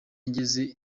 ngeze